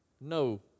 No